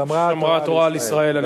שמרה התורה על ישראל.